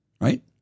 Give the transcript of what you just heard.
right